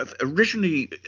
originally